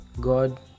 God